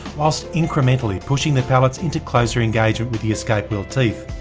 whilst incrementally pushing the pallets into closer engagement with the escape wheel teeth.